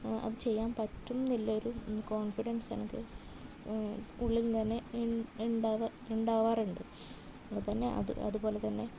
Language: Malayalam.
അത് ചെയ്യാൻ പറ്റും എന്നുള്ളൊരു കോൺഫിഡൻസ് എനിക്ക് ഉള്ളിൽ നിന്ന് തന്നെ ഇൻ ഉണ്ടാവാ ഉണ്ടാവാറുണ്ട് അതുതന്നെ അതുപോലെതന്നെ